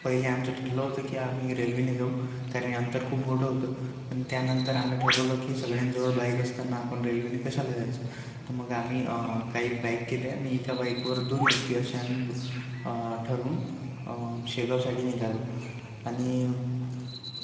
पहिले आमचं ठरलं होत कि आम्ही रेल्वेने जाऊ कारण अंतर खूप मोठं होतं त्या नंतर आम्ही ठरवलं की सगळ्यांजवळ बाईक असताना आपण रेल्वेनं कशाला जायचं तर मग आम्ही काही बाईक केल्या आणि एका बाईकवर दोन व्यक्ती असं आम्ही ठरवून शेगावसाठी निघालो आणि